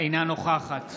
אינה נוכחת